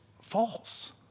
false